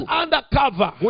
undercover